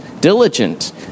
diligent